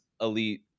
Elite